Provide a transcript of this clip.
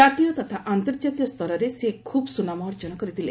ଜାତୀୟ ତଥା ଅନ୍ତର୍କାତୀୟ ସ୍ତରରେ ସେ ଖୁବ୍ ସୁନାମ ଅର୍ଜନ କରିଥିଲେ